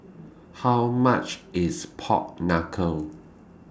How much IS Pork Knuckle